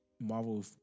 Marvel